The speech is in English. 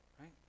Right